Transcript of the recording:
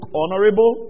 honorable